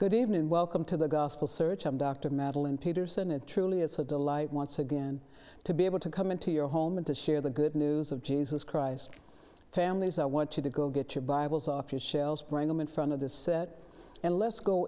good evening and welcome to the gospel search i'm dr madeline peters and it truly is a delight once again to be able to come into your home and to share the good news of jesus christ families i want you to go get your bibles off your shelves bring them in front of the set and let's go